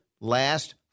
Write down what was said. last